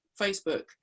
Facebook